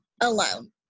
alone